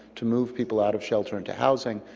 to move people out of shelter into housing,